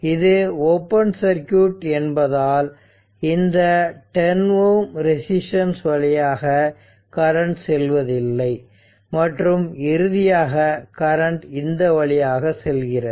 இது open circuit என்பதால் இந்த 10 Ω ரெசிஸ்டன்ஸ் வழியாக கரண்ட் செல்வதில்லை மற்றும் இறுதியாக கரண்ட் இந்த வழியாக செல்கிறது